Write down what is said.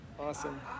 Awesome